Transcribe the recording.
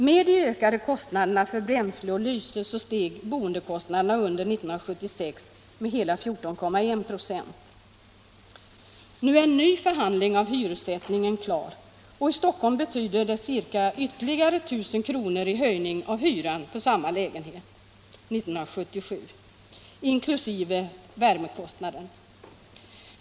Med de ökade kostnaderna för bränsle och lyse steg boendekostnaderna under 1976 med hela 14,1 96. Nu är en ny förhandling om hyressättningen klar. I Stockholm betyder detta ytterligare ca 1 000 kr. höjning av hyran för samma lägenhet 1977, inkl. värmekostnaden.